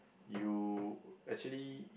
you actually